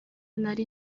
nari